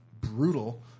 brutal